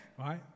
right